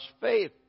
faith